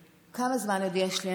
כמה זמן עוד יש לי?